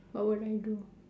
what would I do